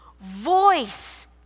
voice